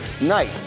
night